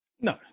No